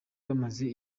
bamaze